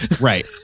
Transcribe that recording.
Right